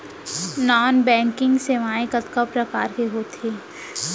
non banking सेवाएं कतका प्रकार के होथे